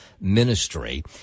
ministry